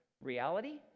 reality